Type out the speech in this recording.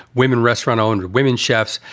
women, restaurant owners, women, chefs.